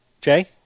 Jay